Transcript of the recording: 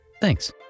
Thanks